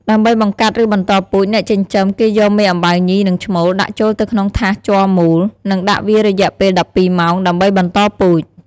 ដើម្បីបង្កាត់ ឬបន្តពូជ អ្នកចិញ្ចឹមគេយកមេអំបៅញី និងឈ្មោល ដាក់ចូលទៅក្នុងថាសជ័រមូល និងដាក់វារយៈពេល១២ម៉ោង ដើម្បីបន្តពូជ។